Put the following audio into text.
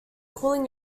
cooling